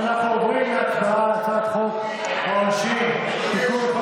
אנחנו עוברים להצבעה על הצעת חוק העונשין (תיקון,